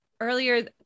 earlier